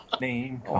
Name